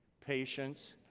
Patience